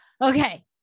okay